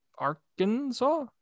Arkansas